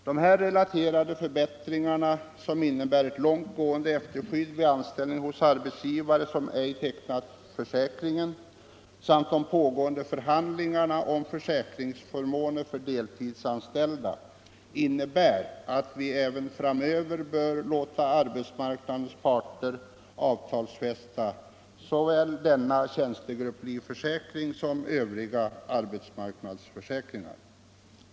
De här relaterade förbättringarna, som innebär långtgående efterskydd vid anställning hos arbetsgivare som ej tecknat försäkring, samt de pågående förhandlingarna om försäkringsförmåner för deltidsanställda innebär att vi även framöver bör låta arbetsmarknadens parter avtalsfästa såväl tjänstegrupplivförsäkringen som övriga arbetsmarknadsförsäkringar.